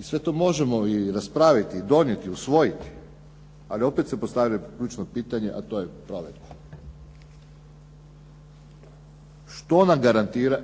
Sve to možemo i raspraviti i donijeti, usvojiti. Ali opet se postavlja ključno pitanje a to je provedba. Što nam garantira